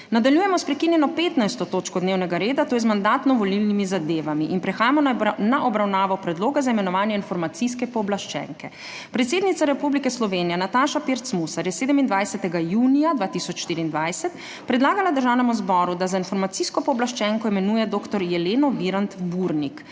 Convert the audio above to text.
Nadaljujemo s prekinjeno 15. točko dnevnega reda, to je z Mandatno-volilnimi zadevami. Prehajamo na obravnavo Predloga za imenovanje informacijske pooblaščenke. Predsednica Republike Slovenije Nataša Pirc Musar je 27. junija 2024 predlagala Državnemu zboru, da za informacijsko pooblaščenko imenuje dr. Jeleno Virant Burnik.